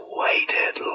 waited